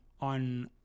on